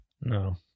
No